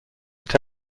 but